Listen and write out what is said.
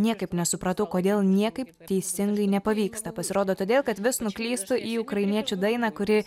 niekaip nesupratau kodėl niekaip teisingai nepavyksta pasirodo todėl kad vis nuklystu į ukrainiečių dainą kuri